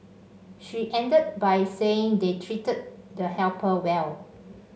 she ended by saying they treated the helper well